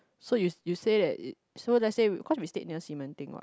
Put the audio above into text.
so you you say that it so let's say cause we near Ximending [what]